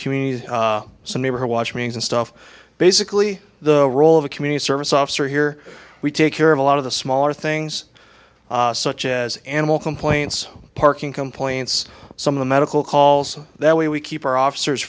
communities some neighborhood watch means and stuff basically the role of a community service officer here we take care of a lot of the smaller things such as animal complaints parking complaints some of the medical calls that way we keep our officers